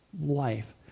life